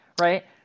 Right